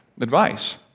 advice